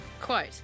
Quote